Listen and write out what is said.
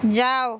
যাও